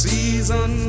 Season